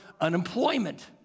unemployment